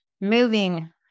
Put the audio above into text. moving